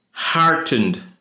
heartened